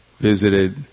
visited